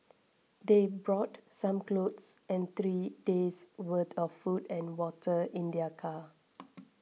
they brought some clothes and three days worth of food and water in their car